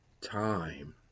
time